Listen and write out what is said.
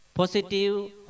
Positive